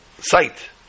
sight